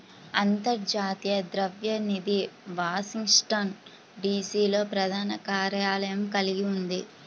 అంతర్జాతీయ ద్రవ్య నిధి వాషింగ్టన్, డి.సి.లో ప్రధాన కార్యాలయం కలిగి ఉంది